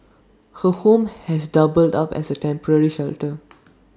her home has doubled up as A temporary shelter